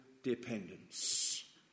dependence